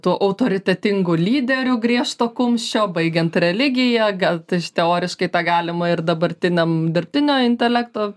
tuo autoritetingu lyderiu griežto kumščio baigiant religija gal iš teoriškai tą galima ir dabartiniam dirbtinio intelekto